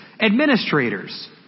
administrators